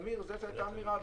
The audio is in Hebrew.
אמיר, זאת הייתה האמירה.